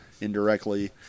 indirectly